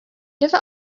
never